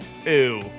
Ew